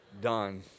Done